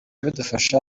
bidufasha